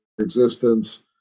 existence